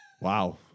Wow